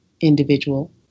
individual